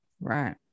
Right